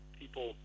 people